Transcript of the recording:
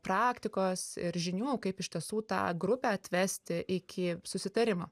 praktikos ir žinių kaip iš tiesų tą grupę atvesti iki susitarimo